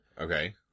Okay